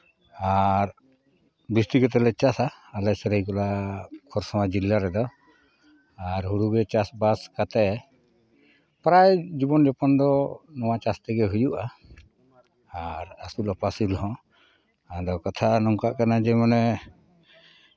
ᱟᱨ ᱡᱟᱹᱥᱛᱤ ᱠᱟᱛᱮᱫ ᱞᱮ ᱪᱟᱥᱟ ᱟᱞᱮ ᱥᱟᱹᱨᱟᱹᱭᱠᱮᱞᱟ ᱠᱷᱚᱨᱥᱚᱣᱟ ᱡᱮᱞᱟ ᱨᱮᱫᱚ ᱟᱨ ᱦᱩᱲᱩᱜᱮ ᱪᱟᱥᱼᱵᱟᱥ ᱠᱟᱛᱮᱫ ᱯᱨᱟᱭ ᱡᱤᱵᱚᱱ ᱡᱟᱯᱚᱱ ᱫᱚ ᱱᱚᱣᱟ ᱪᱟᱥ ᱛᱮᱜᱮ ᱦᱩᱭᱩᱜᱼᱟ ᱟᱨ ᱟᱹᱥᱩᱞ ᱟᱯᱟᱥᱩᱞ ᱦᱚᱸ ᱟᱫᱚ ᱠᱟᱛᱷᱟ ᱱᱚᱝᱠᱟᱜ ᱠᱟᱱᱟ ᱡᱮ ᱢᱟᱱᱮ